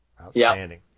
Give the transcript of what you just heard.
Outstanding